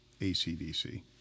ACDC